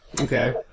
Okay